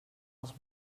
els